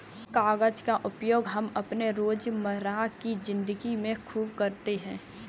कागज का उपयोग हम अपने रोजमर्रा की जिंदगी में खूब करते हैं